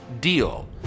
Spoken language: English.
deal